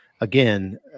Again